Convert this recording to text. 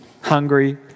hungry